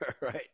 right